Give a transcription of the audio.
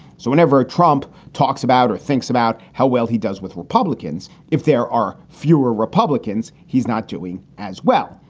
so whenever trump talks about or thinks about how well he does with republicans, if there are fewer republicans, he's not doing as well.